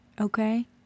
okay